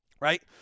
right